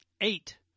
eight